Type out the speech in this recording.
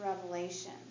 Revelation